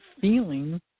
feeling